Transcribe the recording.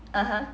(uh huh)